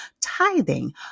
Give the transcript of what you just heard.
tithing